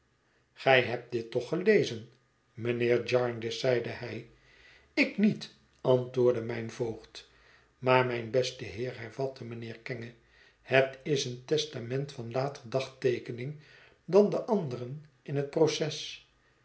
gij hebt dit toch gelezen mijnheer jarndyce zeide hij ik niet antwoordde mijn voogd maar mijn beste heer hervatte mijnheer kenge het is een testament van later dagteekening dan de anderen in het proces